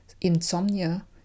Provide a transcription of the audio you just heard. insomnia